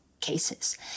cases